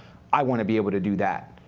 i want to be able to do that,